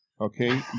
Okay